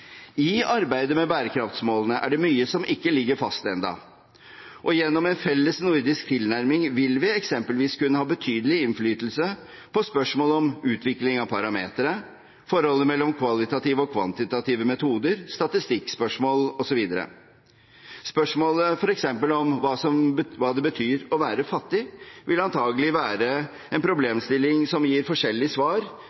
ikke ligger fast ennå, og gjennom en felles nordisk tilnærming vil vi eksempelvis kunne ha betydelig innflytelse på spørsmål om utvikling av parametere, forholdet mellom kvalitative og kvantitative metoder, statistikkspørsmål osv. Spørsmålet f.eks. om hva det betyr å være fattig, vil antagelig være en problemstilling som gir forskjellige svar,